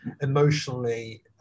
emotionally